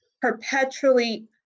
perpetually